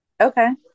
okay